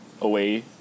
away